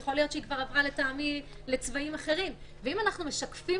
יכול להיות שהיא כבר עברה לצבעים אחרים אם אנחנו משקפים